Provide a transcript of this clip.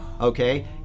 okay